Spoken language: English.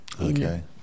Okay